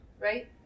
right